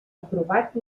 aprovat